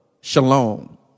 Shalom